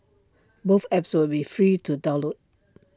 both apps will be free to download